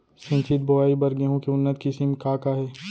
सिंचित बोआई बर गेहूँ के उन्नत किसिम का का हे??